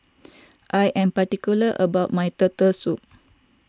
I am particular about my Turtle Soup